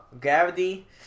Gravity